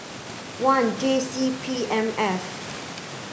one J C P M F